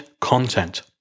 content